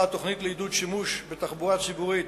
תוכנית לעידוד שימוש בתחבורה הציבורית